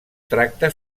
tracta